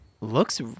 looks